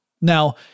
Now